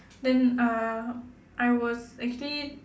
then uh I was actually